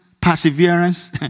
perseverance